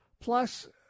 Plus